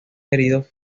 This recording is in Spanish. heridos